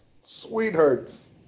Sweethearts